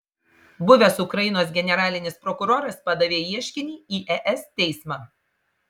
buvęs ukrainos generalinis prokuroras padavė ieškinį į es teismą